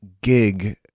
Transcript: gig